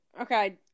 Okay